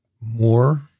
more